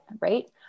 right